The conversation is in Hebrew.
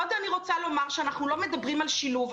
עוד אני רוצה לומר שאנחנו לא מדברים על שילוב,